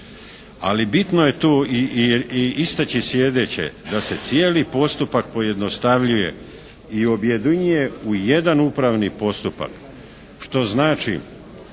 ali bitno je tu i istaći sljedeće da se cijeli postupak pojednostavljuje i objedinjuje u jedan upravni postupak što znači